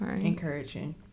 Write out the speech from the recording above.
encouraging